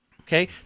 Okay